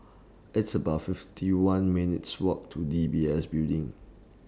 It's about fifty one minutes' Walk to D B S Building